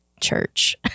church